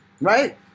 Right